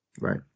Right